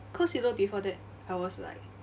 cause you know before that I was like